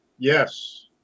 Yes